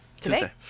Today